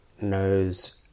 knows